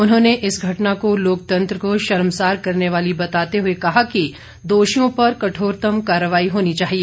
उन्होंने इस घटना को लोकतंत्र को शर्मसार करने वाली बताते हुए कहा कि दोषियों पर कठोरतम कार्रवाई होनी चाहिए